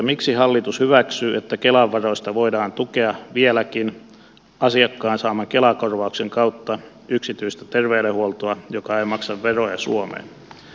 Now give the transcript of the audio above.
miksi hallitus hyväksyy sen että kelan varoista voidaan vieläkin tukea asiakkaan saaman kela korvauksen kautta yksityistä terveydenhuoltoa joka ei maksa veroja suomeen